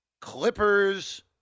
Clippers